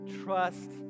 trust